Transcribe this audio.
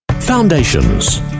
Foundations